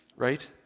right